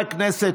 יואב קיש,